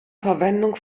verwendung